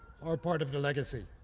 are part of the legacy.